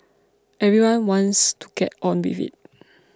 everyone wants to get on with it